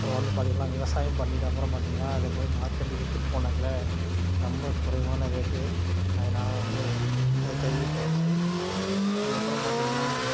அப்புறம் வந்து பார்த்திங்கள்னா விவசாயம் பண்ணிட்ட அப்புறம் பார்த்திங்கன்னா அதை போய் மார்க்கெட்டுக்கு எடுத்துட்டு போனாங்கள ரொம்ப குறைவான ரேட்டு அதனால வந்து அதை கைவிட்டாச்சு அதுக்கப்புறம் பார்த்திங்கனா